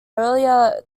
earlier